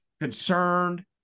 concerned